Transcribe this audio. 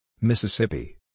Mississippi